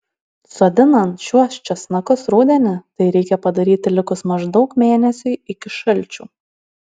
sodinant šiuos česnakus rudenį tai reikia padaryti likus maždaug mėnesiui iki šalčių